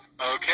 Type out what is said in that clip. okay